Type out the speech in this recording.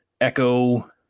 Echo